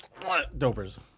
Dopers